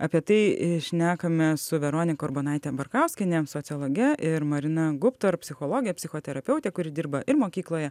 apie tai i šnekame su veronika urbonaite barkauskiene sociologe ir marina guptor psichologe psichoterapeute kuri dirba ir mokykloje